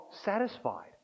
satisfied